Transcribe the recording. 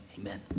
amen